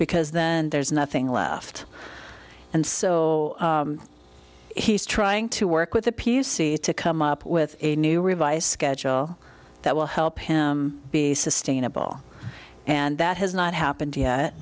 because then there's nothing left and so he's trying to work with the p c to come up with a new revised schedule that will help him be sustainable and that has not happened yet